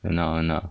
and now and uh